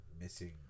missing